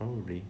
oh